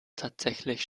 tatsächlich